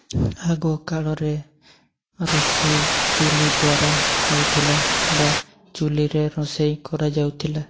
ଆଗକାଳରେ ରୋଷେଇ ଚୁଲି ଦ୍ଵାରା ହଉଥିଲା ବା ଚୁଲିରେ ରୋଷେଇ କରାଯାଉଥିଲା